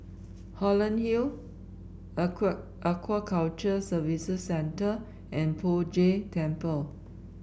Holland Hill Aquaculture Services Centre and Poh Jay Temple